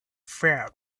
found